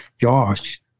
Josh